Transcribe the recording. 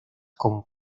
con